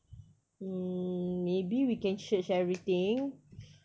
hmm maybe we can search everything